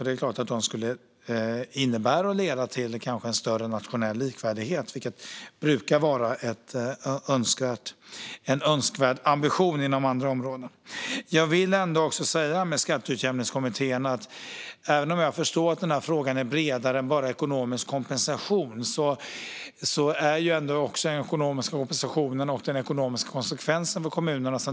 De skulle kanske innebära och leda till större nationell likvärdighet, vilket brukar vara en önskvärd ambition inom andra områden. När det gäller skatteutjämningskommittén förstår jag naturligtvis att ekonomisk kompensation är en viktig fråga för kommunerna som drabbas av detta, även om jag också förstår att frågan är bredare än bara ekonomisk kompensation och den ekonomiska konsekvensen för kommunerna.